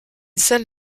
salle